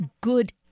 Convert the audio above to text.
good